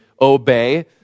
obey